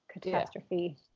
catastrophe